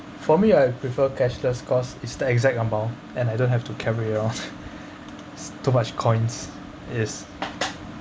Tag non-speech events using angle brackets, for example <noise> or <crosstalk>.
for me I prefer cashless cause is the exact amount and I don't have to carry all <laughs> too much coins is